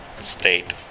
state